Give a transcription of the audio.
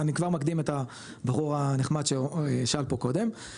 אני כבר מקדים את הבחור הנחמד ששאל פה קודם,